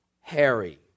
Harry